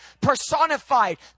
personified